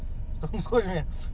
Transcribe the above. stocking KOI punya